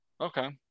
Okay